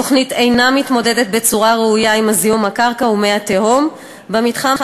התוכנית אינה מתמודדת בצורה ראויה עם זיהום הקרקע ומי התהום במתחם,